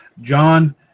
John